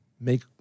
make